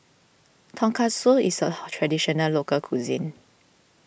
Tonkatsu is a Traditional Local Cuisine